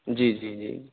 جی جی جی